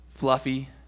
fluffy